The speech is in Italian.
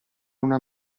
una